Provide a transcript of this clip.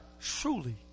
truly